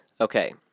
Okay